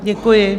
Děkuji...